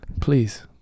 Please